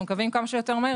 אנחנו מקווים כמה שיותר מהר,